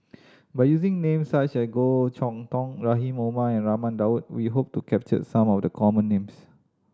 by using names such as Goh Chok Tong Rahim Omar and Raman Daud we hope to capture some of the common names